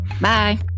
Bye